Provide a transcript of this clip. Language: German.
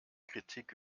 kritik